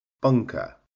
Bunker